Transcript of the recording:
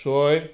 ছয়